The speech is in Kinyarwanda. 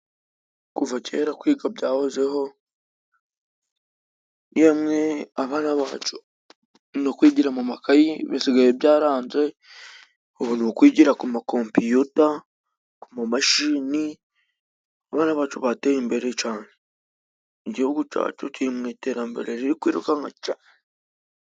Kuva kera kwiga byahozeho, yemwe abana bacu no kwigira mu makayi bisigaye byaranze ,ubu ni ukwigira ku makompiyuta mu mashini ,abana bacu bateye imbere cane, igihugu cacu kiri mu iterambere riri kwirukanka cane.